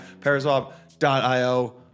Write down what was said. Paraswap.io